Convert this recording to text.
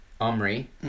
Omri